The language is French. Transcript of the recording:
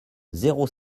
zéro